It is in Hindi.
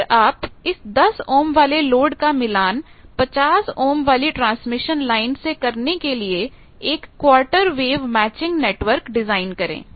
फिर आप इस 10 ओम वाले लोड का मिलान 50 ओम वाली ट्रांसमिशन लाइन से करने के लिए एक quarter wave matching network design करें